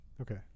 Okay